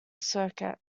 circuit